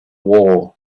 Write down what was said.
war